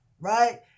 right